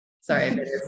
sorry